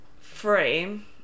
frame